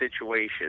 situation